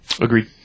Agreed